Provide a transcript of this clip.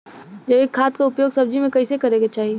जैविक खाद क उपयोग सब्जी में कैसे करे के चाही?